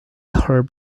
her